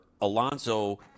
Alonso